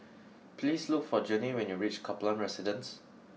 please look for Janae when you reach Kaplan Residence